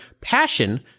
passion